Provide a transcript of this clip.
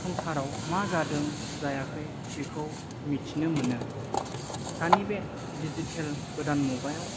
संसाराव मा जादों जायाखै बिखौ मिथिनो मोनो दानि बे डिजिटेल गोदान मुगायाव